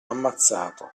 ammazzato